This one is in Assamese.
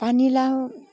পানীলাও